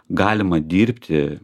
galima dirbti